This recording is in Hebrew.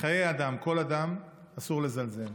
בחיי אדם, כל אדם, אסור לזלזל.